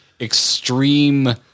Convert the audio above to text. extreme